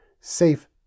safe